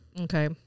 Okay